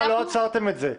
עצרתם את זה.